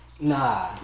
Nah